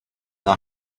are